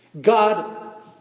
God